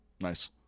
Nice